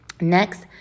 Next